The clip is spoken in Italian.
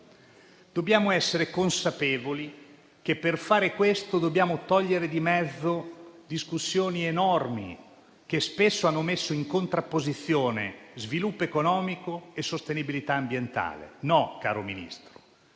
Dobbiamo essere consapevoli che per fare questo dobbiamo togliere di mezzo discussioni enormi, che spesso hanno messo in contrapposizione sviluppo economico e sostenibilità ambientale. No, caro Ministro,